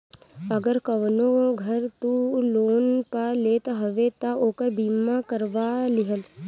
अगर कवनो घर तू लोन पअ लेत हवअ तअ ओकर बीमा करवा लिहअ